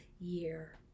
year